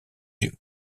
yeux